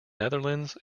netherlands